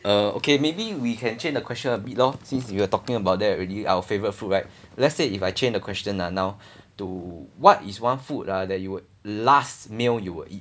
uh okay maybe we can change the question a bit lor since we were talking about that already our favourite food right let's say if I change the question ah now to what is one food lah that you would last meal you will eat